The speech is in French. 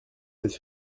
cette